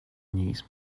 niece